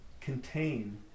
contain